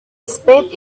spade